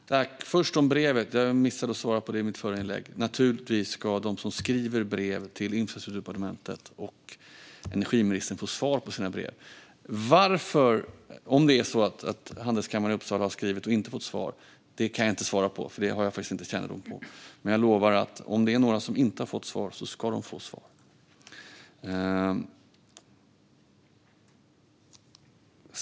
Fru talman! Jag ska först säga något om brevet, för jag missade att svara på den frågan i mitt förra inlägg. Naturligtvis ska de som skriver brev till Infrastrukturdepartementet och energiministern få svar på sina brev. Om det är så att Handelskammaren i Uppsala har skrivit och inte fått svar kan jag inte svara på varför, för det har jag inte kännedom om. Men jag lovar att om det är några som inte har fått svar ska de få svar.